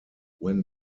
when